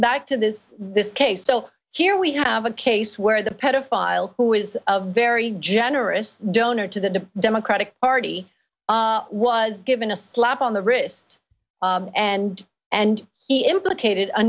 back to this this case still here we have a case where the pedophile who is a very generous donor to the democratic party was given a slap on the wrist and and he implicated a